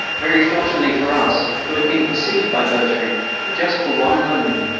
very fortunately for us, who had been perceived by vercherin just for one moment.